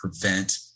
prevent